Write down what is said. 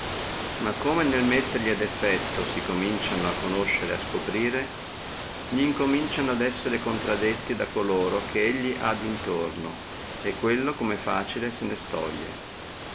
ma come nel metterli ad effetto si cominciono a conoscere e scoprire li cominciono ad essere contradetti da coloro che elli ha dintorno e quello come facile se ne stoglie